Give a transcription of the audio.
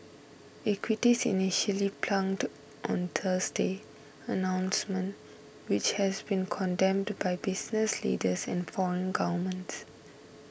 equities initially plunged on Thursday announcement which has been condemned by business leaders and foreign governments